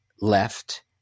left